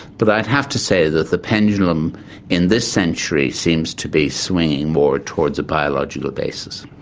but i'd have to say that the pendulum in this century seems to be swinging more towards a biological basis.